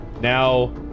Now